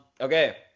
okay